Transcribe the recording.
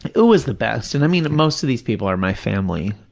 it was the best, and, i mean, most of these people are my family,